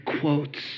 quotes